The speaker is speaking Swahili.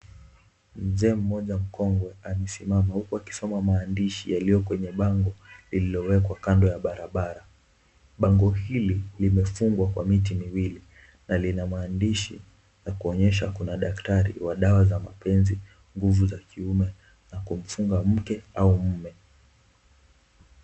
Mzee mmoja mkongwe amesimama huku akisoma maandishi yaliyo kwenye bango lililowekwa kando ya barabara. Bango hili limefungwa kwa miti miwili na lina maandishi ya kuonyesha kuna daktari wa dawa za mapenzi, nguvu za kiume na kumfunga mke au mume.